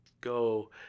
go